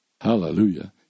Hallelujah